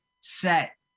set